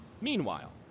Meanwhile